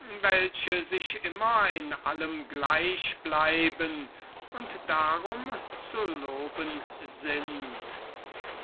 welche sich immer in allem gleich bleiben und darum zu loben sind